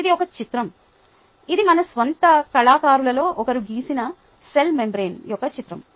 అది ఒక చిత్రం ఇది మన స్వంత కళాకారులలో ఒకరు గీసిన సెల్ మెంబ్రేన్ యొక్క చిత్రం